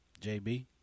JB